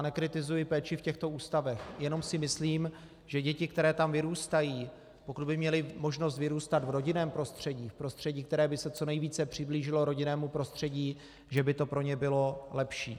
Nekritizuji péči v těchto ústavech, jenom si myslím, že děti, které tam vyrůstají, pokud by měly možnost vyrůstat v rodinném prostředí, v prostředí, které by se co nejvíce přiblížilo rodinnému prostředí, že by to pro ně bylo lepší.